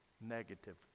negative